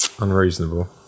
Unreasonable